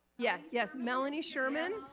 yeah, yes melanie sherman,